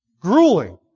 grueling